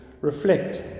reflect